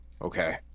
Okay